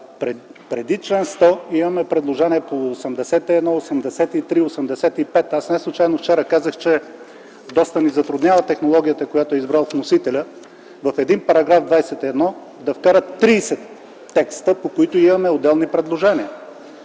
преди чл. 100 имаме предложения по чл. 81, 83 и 85. Неслучайно вчера казах, че доста ни затруднява технологията, която е избрал вносителят – в един § 21 да вкара 30 текста, по които имаме отделни предложения.